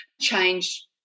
change